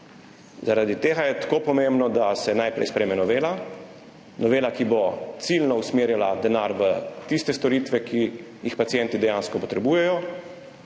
Zaradi tega je tako pomembno, da se najprej sprejme novela. Novela, ki bo ciljno usmerjala denar v tiste storitve, ki jih pacienti dejansko potrebujejo.